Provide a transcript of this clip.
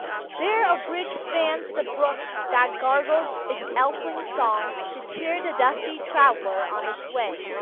there a bridge spans the brook that gurgles its elfin song to cheer the dusty traveler on its way.